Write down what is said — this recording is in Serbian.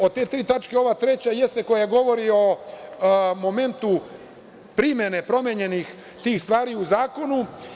Od te tri tačke, ova treća govori o momentu primene promenjenih tih stvari u zakonu.